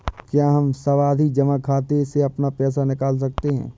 क्या हम सावधि जमा खाते से अपना पैसा निकाल सकते हैं?